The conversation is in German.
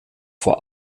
vor